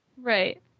Right